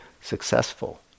successful